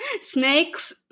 snakes